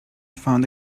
found